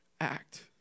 act